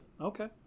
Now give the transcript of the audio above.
okay